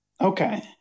Okay